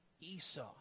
Esau